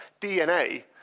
DNA